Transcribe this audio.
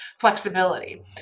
flexibility